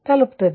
ತಲುಪುತ್ತದೆ